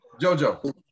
JoJo